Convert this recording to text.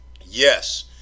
Yes